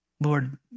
Lord